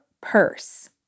purse